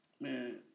man